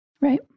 right